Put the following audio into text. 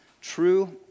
true